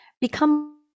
become